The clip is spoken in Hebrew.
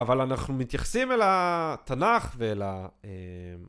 אבל אנחנו מתייחסים אל התנך ואל ה...